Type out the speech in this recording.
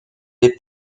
des